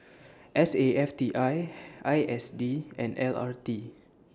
S A F T I I S D and L R T